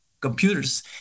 computers